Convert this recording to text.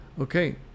Okay